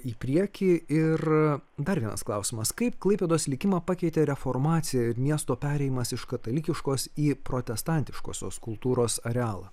į priekį ir dar vienas klausimas kaip klaipėdos likimą pakeitė reformacija ir miesto perėjimas iš katalikiškos į protestantiškosios kultūros arealą